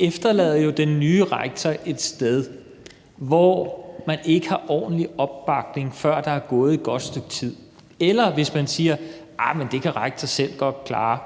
efterlader det jo den nye rektor et sted, hvor man ikke har ordentlig opbakning, før der er gået godt stykke tid. Og hvis man siger, at det kan rektor godt selv klare,